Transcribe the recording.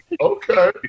Okay